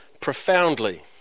profoundly